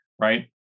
right